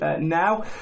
now